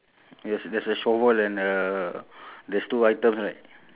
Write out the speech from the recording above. ya and the shoe is black ah